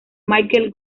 michael